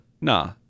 nah